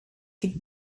could